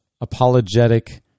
apologetic